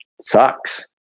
sucks